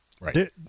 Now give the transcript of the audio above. Right